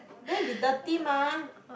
then it will dirty mah